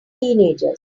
teenagers